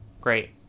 great